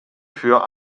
für